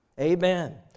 Amen